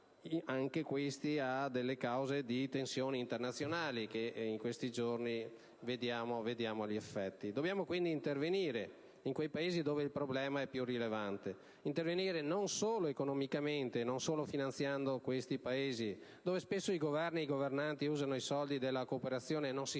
Anche questi sono causa di tensioni internazionali, e in questi giorni ne vediamo gli effetti. Dobbiamo quindi intervenire in quei Paesi dove il problema è più rilevante: intervenire non solo economicamente, non solo finanziando questi Paesi, dove spesso i Governi e i governanti usano i soldi della cooperazione non si